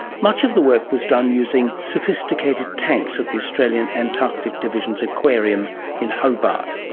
much of the work was done using sophisticated tanks at the australian antarctic division's aquarium in hobart.